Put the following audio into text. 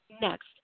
next